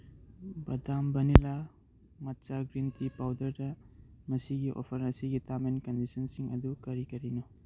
ꯕꯗꯥꯝ vanilla matcha green tea ꯄꯥꯎꯗꯔꯗ ꯃꯁꯤꯒꯤ ꯑꯣꯐꯔ ꯑꯁꯤꯒꯤ ꯇꯥꯝ ꯑꯦꯟ ꯀꯟꯗꯤꯁꯟꯁꯤꯡ ꯑꯗꯨ ꯀꯔꯤ ꯀꯔꯤꯅꯣ